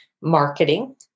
marketing